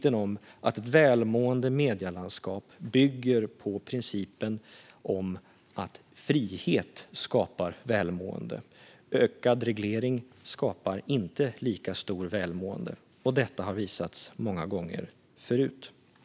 Ett välmående medielandskap bygger på principen om att frihet skapar välmående. Ökad reglering skapar inte lika stort välmående. Det har visat sig många gånger förut.